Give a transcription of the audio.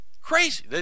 Crazy